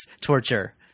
Torture